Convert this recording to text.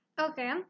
okay